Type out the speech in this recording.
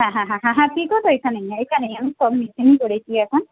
হ্যাঁ হ্যাঁ হ্যাঁ হ্যাঁ হ্যাঁ পিকো তো এখানেই এখানেই আমি সব মেশিনই করেছি এখন